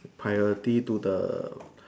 priority to the